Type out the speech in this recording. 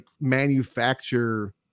manufacture